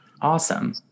Awesome